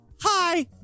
hi